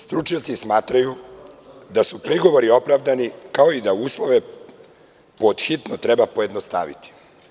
Stručnjaci smatraju da su prigovori opravdani, kao i da uslove pod hitno treba pojednostaviti.